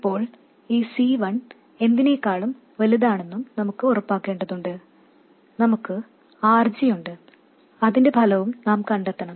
ഇപ്പോൾ ഈ C1 എന്തിനെക്കാളും വലുതാണെന്നും നമുക്ക് ഉറപ്പാക്കേണ്ടതുണ്ട് നമുക്ക് RG ഉണ്ട് അതിന്റെ ഫലവും നാം കണ്ടെത്തണം